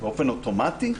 באופן אוטומטי?